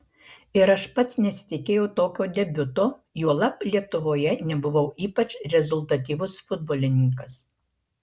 ir aš pats nesitikėjau tokio debiuto juolab lietuvoje nebuvau ypač rezultatyvus futbolininkas